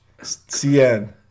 Cn